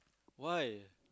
why